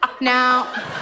Now